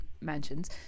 mansions